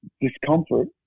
discomfort